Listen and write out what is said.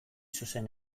zuzen